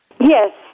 Yes